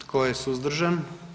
Tko je suzdržan?